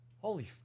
Holy